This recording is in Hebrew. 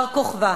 בר-כוכבא.